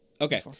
Okay